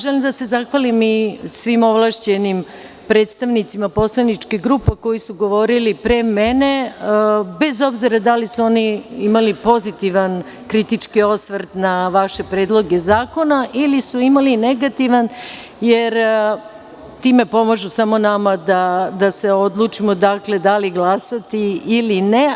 Želim da se zahvalim i svim ovlašćenim predstavnicima poslaničkih grupa koji su govorili pre mene, bez obzira da li su imali pozitivan kritički osvrt na vaše predloge zakona ili su imali negativan, jer time pomažu samo nama da se odlučimo da li glasati ili ne.